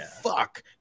fuck